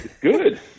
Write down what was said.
Good